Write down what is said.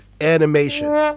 animation